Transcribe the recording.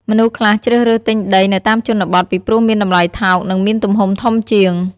មនុស្សខ្លះជ្រើសរើសទិញដីនៅតាមជនបទ ពីព្រោះមានតម្លៃថោក និងមានទំហំធំជាង។